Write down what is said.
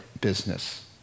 business